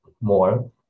more